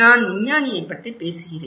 நான் விஞ்ஞானியைப் பற்றி பேசுகிறேன்